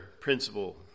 principle